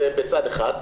בצד אחד,